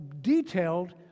detailed